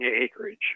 acreage